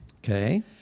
Okay